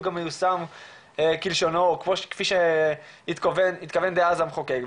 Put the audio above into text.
גם מיושם כלשונו או כפי שהתכוון דאז המחוקק.